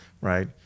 right